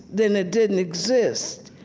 then it didn't exist.